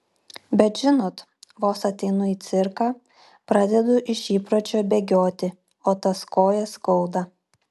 bet žinot vos ateinu į cirką pradedu iš įpročio bėgioti o tas kojas skauda